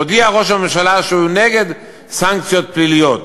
הודיע ראש הממשלה שהוא נגד סנקציות פליליות,